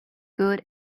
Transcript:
good